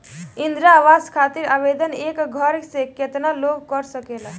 इंद्रा आवास खातिर आवेदन एक घर से केतना लोग कर सकेला?